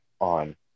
on